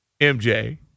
MJ